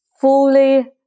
fully